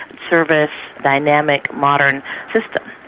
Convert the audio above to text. service, dynamic, modern system.